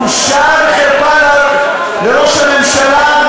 בושה וחרפה לראש הממשלה.